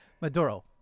Maduro